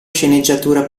sceneggiatura